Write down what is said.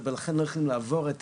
ולכן לא יכולים לעבור את